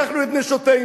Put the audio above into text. לקחנו את נשותינו,